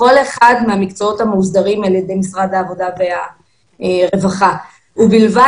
לכל אחד מהמקצועות המוסדרים על ידי משרד העבודה והרווחה ובלבד